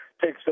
takes